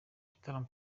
igitaramo